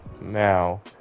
now